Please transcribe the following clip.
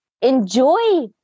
Enjoy